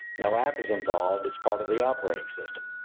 no app is involved, it's part of the operating system.